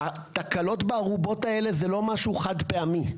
התקלות בארובות האלה זה לא משהו חד פעמי,